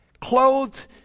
clothed